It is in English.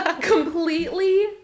completely